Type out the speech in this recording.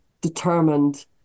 determined